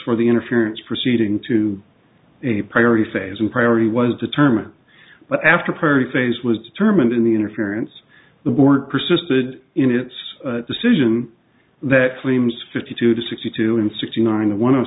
for the interference proceeding to a priority phase and priority was determined but after purry phase was determined in the interference the board persisted in its decision that frames fifty two to sixty two and sixty nine and one of